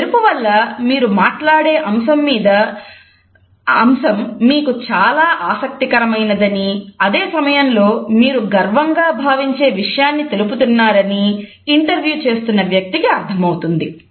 ఈ మెరుపు వల్ల మీరు మాట్లాడే అంశం మీకు చాలా ఆసక్తికరమైనదని అదే సమయంలో మీరు గర్వంగా భావించే విషయాన్ని తెలుపుతున్నారని ఇంటర్వ్యూ చేస్తున్న వ్యక్తికి అర్థమవుతుంది